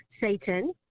Satan